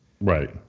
Right